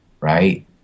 right